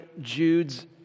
Jude's